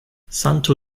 santo